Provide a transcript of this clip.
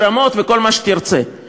לרמות ולכל מה שתרצה,